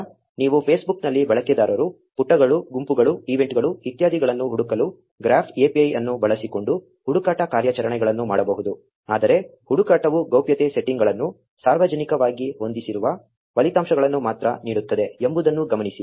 ಈಗ ನೀವು ಫೇಸ್ಬುಕ್ನಲ್ಲಿ ಬಳಕೆದಾರರು ಪುಟಗಳು ಗುಂಪುಗಳು ಈವೆಂಟ್ಗಳು ಇತ್ಯಾದಿಗಳನ್ನು ಹುಡುಕಲು ಗ್ರಾಫ್ API ಅನ್ನು ಬಳಸಿಕೊಂಡು ಹುಡುಕಾಟ ಕಾರ್ಯಾಚರಣೆಗಳನ್ನು ಮಾಡಬಹುದು ಆದರೆ ಹುಡುಕಾಟವು ಗೌಪ್ಯತೆ ಸೆಟ್ಟಿಂಗ್ಗಳನ್ನು ಸಾರ್ವಜನಿಕವಾಗಿ ಹೊಂದಿಸಿರುವ ಫಲಿತಾಂಶಗಳನ್ನು ಮಾತ್ರ ನೀಡುತ್ತದೆ ಎಂಬುದನ್ನು ಗಮನಿಸಿ